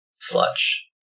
sludge